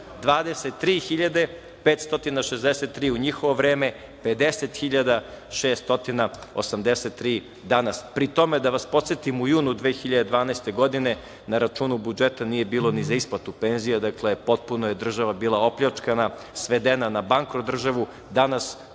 23.563 u njihovo vreme 50. 683 dinara danas. Pri tome da vas podsetim u junu 2012. godine na računu budžeta nije bilo ni za isplatu penzija. Dakle, potpuno je država bila opljačkana, svedena na bankrot državu. Danas